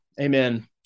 Amen